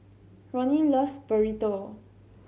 Ronnie loves Burrito